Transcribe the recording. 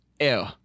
ew